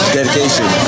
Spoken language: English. Dedication